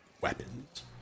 weapons